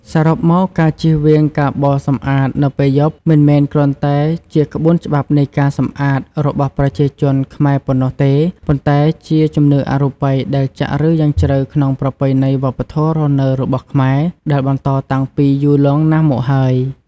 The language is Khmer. សរុបមក ការជៀសវាងការបោសសម្អាតនៅពេលយប់ មិនមែនគ្រាន់តែជាក្បួនច្បាប់នៃការសម្អាតរបស់ប្រជាជនខ្មែរប៉ុណ្ណោះទេ ប៉ុន្តែជាជំនឿអរូបិយដែលចាក់ឬសយ៉ាងជ្រៅក្នុងប្រពៃណីវប្បធម៌រស់នៅរបស់ខ្មែរ ដែលបន្តតាំងពីយូរលង់ណាស់មកហើយ។